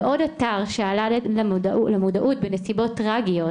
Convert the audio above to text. ועוד אתר, שעלה למודעות בנסיבות טראגיות,